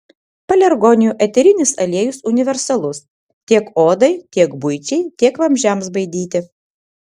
pelargonijų eterinis aliejus universalus tiek odai tiek buičiai tiek vabzdžiams baidyti